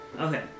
Okay